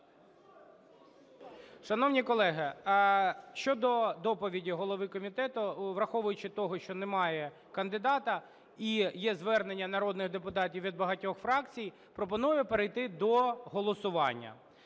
Шановні колеги, щодо доповіді голови комітету, враховуючи те, що немає кандидата і є звернення народних депутатів від багатьох фракцій, пропоную перейти до голосування.